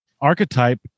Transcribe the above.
archetype